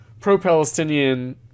pro-Palestinian